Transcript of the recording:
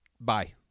bye